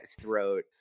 throat